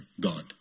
God